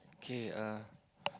okay uh